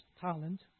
talent